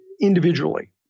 individually